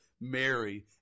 Mary